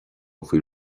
faoi